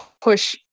push